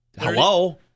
Hello